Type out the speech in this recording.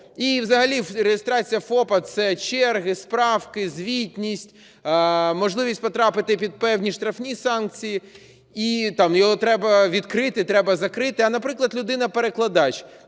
І взагалі реєстрація ФОП – це черги, справки, звітність, можливість потрапити під певні штрафні санкції і там його треба відкрити, треба закрити. А, наприклад, людина-перекладач